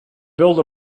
build